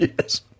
Yes